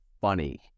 funny